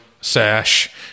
Sash